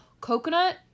Coconut